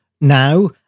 now